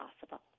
possible